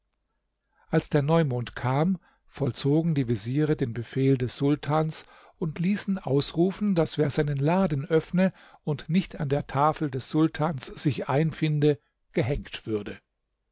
als der neumond kam vollzogen die veziere den befehl des sultans und ließen ausrufen daß wer seinen laden öffne und nicht an der tafel des sultans sich einfinde gehängt würde